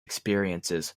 experiences